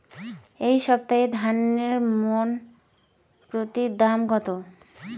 এই সপ্তাহে ধানের মন প্রতি দাম কত?